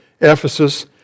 Ephesus